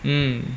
mm